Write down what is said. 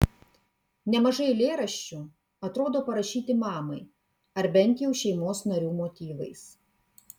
nemažai eilėraščių atrodo parašyti mamai ar bent jau šeimos narių motyvais